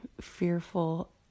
fearful